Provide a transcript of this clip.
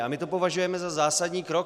A my to považujeme za zásadní krok.